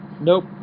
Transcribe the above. Nope